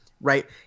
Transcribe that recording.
right